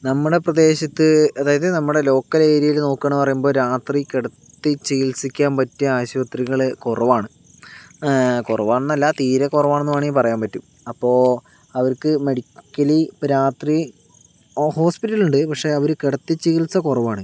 നമ്മുടെ പ്രദേശത്ത് അതായത് നമ്മുടെ ലോക്കൽ ഏരിയക്കെ നോക്കുകാണ്ന്ന് പറയുമ്പോൾ രാത്രി കിടത്തി ചികിൽസിക്കാൻ പറ്റിയ ആശുപത്രികള് കുറവാണ് കുറവാണെന്നല്ല തീരെ കുറവാണെന്ന് വേണമെങ്കി പറയാൻ പറ്റും അപ്പൊൾ അവർക്ക് മെഡിക്കലി ഇപ്പൊൾ രാത്രി ഹോസ്പിറ്റലുണ്ട് പക്ഷേ അവര് കിടത്തി ചികിത്സ കുറവാണ്